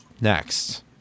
next